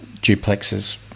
duplexes